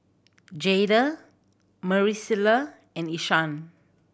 Jaeda Maricela and Ishaan